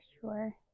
sure